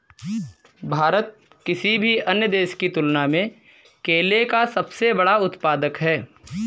भारत किसी भी अन्य देश की तुलना में केले का सबसे बड़ा उत्पादक है